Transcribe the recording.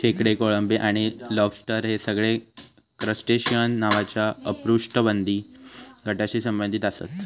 खेकडे, कोळंबी आणि लॉबस्टर हे सगळे क्रस्टेशिअन नावाच्या अपृष्ठवंशी गटाशी संबंधित आसत